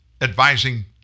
advising